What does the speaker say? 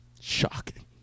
Shocking